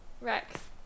Rex